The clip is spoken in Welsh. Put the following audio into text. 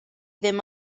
ddim